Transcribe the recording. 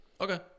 okay